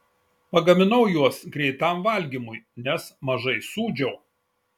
pagaminau juos greitam valgymui nes mažai sūdžiau